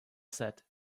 said